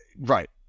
right